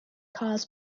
cause